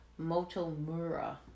Motomura